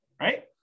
right